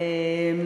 תמיד.